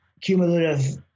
cumulative